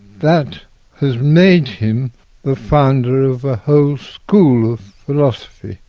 that has made him the founder of a whole school of philosophy.